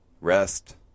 Rest